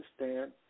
understand